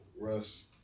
Russ